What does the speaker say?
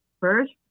first